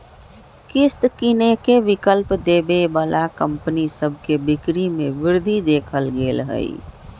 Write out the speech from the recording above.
किस्त किनेके विकल्प देबऐ बला कंपनि सभ के बिक्री में वृद्धि देखल गेल हइ